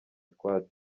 utwatsi